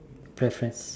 preference